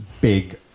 big